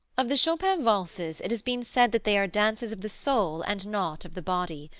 of the chopin valses it has been said that they are dances of the soul and not of the body.